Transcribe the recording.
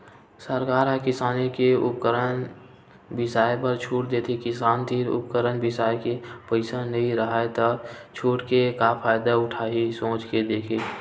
सरकार ह किसानी के उपकरन बिसाए बर छूट देथे किसान तीर उपकरन बिसाए के पइसा नइ राहय त छूट के का फायदा उठाही सोच के देथे